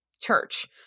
church